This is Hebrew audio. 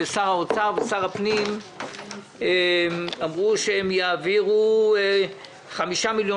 שר האוצר ושר הפנים אמרו שהם יעבירו 5 מיליון